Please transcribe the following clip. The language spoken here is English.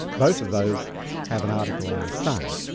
both of those have an article on the sun.